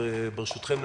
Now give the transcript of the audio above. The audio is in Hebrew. ברשותכם,